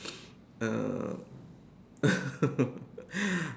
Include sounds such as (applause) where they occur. uh (laughs)